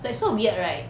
like so weird right